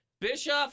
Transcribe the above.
Bishop